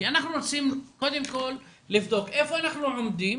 כי אנחנו רוצים קודם כל לבדוק איפה אנחנו עומדים